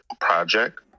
Project